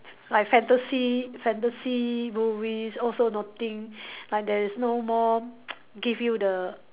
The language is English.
like fantasy fantasy movies also nothing like there is no more give you the